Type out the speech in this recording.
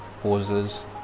poses